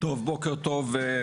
בוקר טוב,